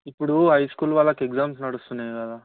ఇప్పుడు high school వాళ్ళకు exams నడుస్తున్నాయి కదా